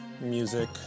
music